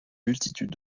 multitude